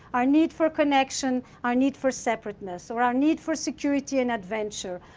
our need for connection, our need for separateness, or our need for security and adventure,